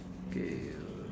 okay err